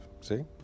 See